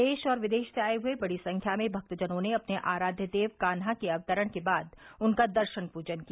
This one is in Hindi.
देरा और विदेश से आये हुए बड़ी संख्या में भक्तजनों ने अपने आराब्य देव काहा के अवतरण के बाद उनका दर्शन पूजन किया